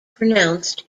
pronounced